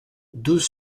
deux